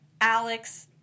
Alex –